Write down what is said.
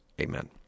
Amen